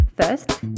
First